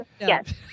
Yes